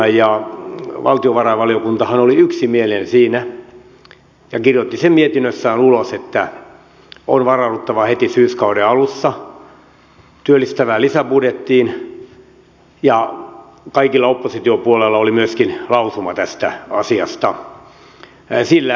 valtiovarainvaliokuntahan oli yksimielinen siinä ja kirjoitti sen mietinnössään ulos että on varauduttava heti syyskauden alussa työllistävään lisäbudjettiin ja kaikilla oppositiopuolueilla oli myöskin lausuma tästä asiasta